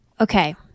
Okay